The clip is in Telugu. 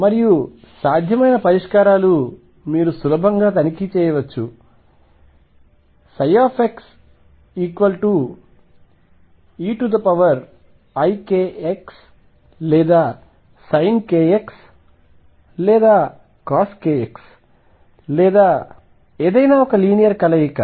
మరియు సాధ్యమైన పరిష్కారాలు మీరు సులభంగా తనిఖీ చేయవచ్చు xeikx లేదా sin kx లేదా coskx లేదా ఏదైనా లీనియర్ కలయిక